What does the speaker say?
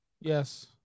yes